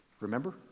Remember